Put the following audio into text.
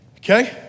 Okay